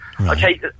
Okay